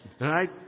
Right